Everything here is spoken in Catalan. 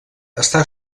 està